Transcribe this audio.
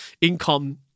income